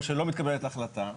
או שלא מתקבלת החלטה,